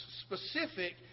specific